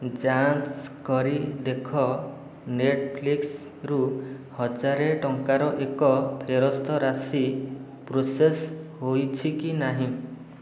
ଯାଞ୍ଚ କରି ଦେଖ ନେଟ୍ଫ୍ଲିକ୍ସ୍ରୁ ହଜାରେ ଟଙ୍କାର ଏକ ଫେରସ୍ତ ରାଶି ପ୍ରୋସେସ୍ ହୋଇଛି କି ନାହିଁ